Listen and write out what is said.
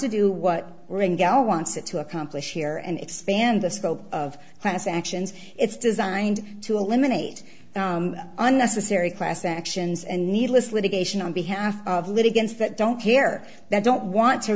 to do what we're in gal wanted to accomplish here and expand the scope of class actions it's designed to eliminate unnecessary class actions and needless litigation on behalf of litigants that don't care that don't want to